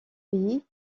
pays